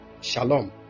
Shalom